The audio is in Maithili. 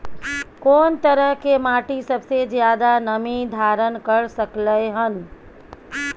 कोन तरह के माटी सबसे ज्यादा नमी धारण कर सकलय हन?